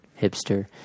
hipster